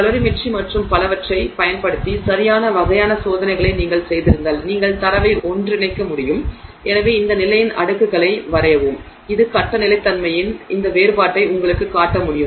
calorimetry மற்றும் பலவற்றைப் பயன்படுத்தி சரியான வகையான சோதனைகளை நீங்கள் செய்திருந்தால் நீங்கள் தரவை ஒன்றிணைக்க முடியும் எனவே இந்த நிலையின் அடுக்குகளை வரையவும் இது கட்ட நிலைத்தன்மையின் இந்த வேறுபாட்டை உங்களுக்குக் காட்ட முடியும்